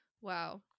wow